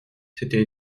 c’était